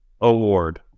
Award